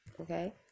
okay